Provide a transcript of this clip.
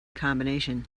combination